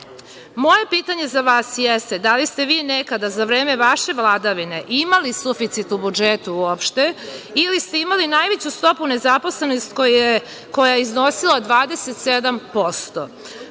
pitanje za vas jeste – da li ste vi nekada za vreme vašeg vladavine imali suficit u budžetu uopšte ili ste imali najveću stopu nezaposlenosti koja je iznosila 27%?